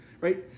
right